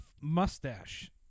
mustache